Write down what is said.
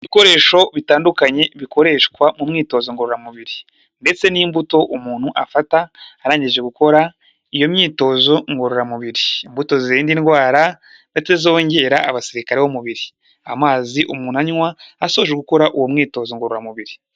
Ibikoresho bitandukanye bikoreshwa mu myitozo ngororamubiri, ndetse n'imbuto umuntu afata arangije gukora iyo myitozo ngororamubiri, imbuto zirinda indwara ndetse zongera abasirikare b'umubiri, amazi umuntu anywa asoje gukora uwo mwitozo ngororamubiri.